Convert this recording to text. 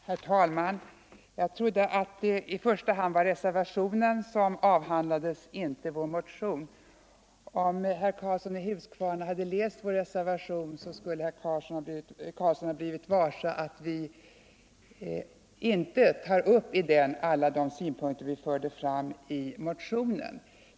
Herr talman! Jag trodde att det i första hand var reservationen som avhandlades, inte vår motion. Om herr Karlsson i Huskvarna hade läst vår reservation, skulle han ha blivit varse att vi i den inte tar upp alla de synpunkter vi förde fram i motionen.